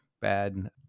bad